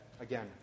again